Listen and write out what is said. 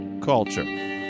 Culture